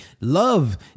Love